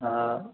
हँ